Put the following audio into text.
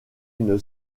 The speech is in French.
une